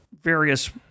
various